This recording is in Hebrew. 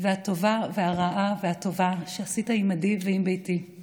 והטובה והרעה והטובה / שעשית עימדי ועם ביתי /